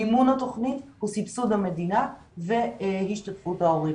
מימון התוכנית הוא סבסוד המדינה והשתתפות ההורים.